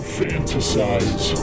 fantasize